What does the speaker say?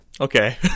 Okay